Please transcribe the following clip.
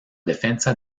defensa